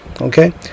Okay